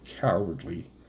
cowardly